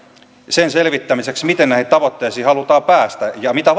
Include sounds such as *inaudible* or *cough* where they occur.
sen selvittämiseksi miten näihin tavoitteisiin halutaan päästä ja mitä *unintelligible*